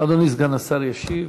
אדוני סגן השר ישיב.